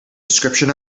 description